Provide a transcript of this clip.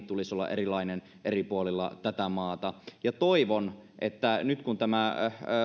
tulisi olla erilainen eri puolilla maata toivon että nyt kun tämä